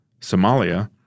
Somalia